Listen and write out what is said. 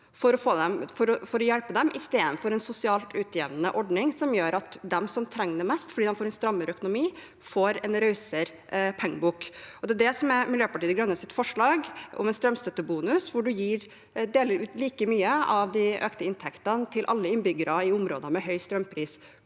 for å hjelpe dem, istedenfor å ha en sosialt utjevnende ordning som gjør at de som trenger det mest fordi de får en strammere økonomi, får en rausere pengebok. Det er det som er Miljøpartiet De Grønnes forslag – en strømstøttebonus hvor man deler ut like mye av de økte inntektene til alle innbyggerne i områder med høy strømpris.